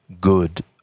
good